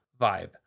vibe